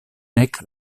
nek